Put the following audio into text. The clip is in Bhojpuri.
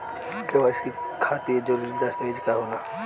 के.वाइ.सी खातिर जरूरी दस्तावेज का का होला?